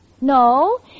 No